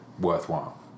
worthwhile